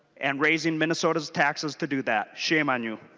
and raising minnesota's taxes to do that. shame on you.